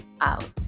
out